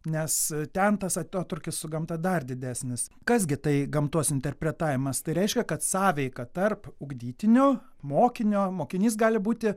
nes ten tas atotrūkis su gamta dar didesnis kas gi tai gamtos interpretavimas tai reiškia kad sąveika tarp ugdytinio mokinio mokinys gali būti